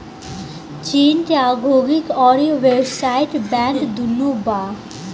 चीन के औधोगिक अउरी व्यावसायिक बैंक दुनो बा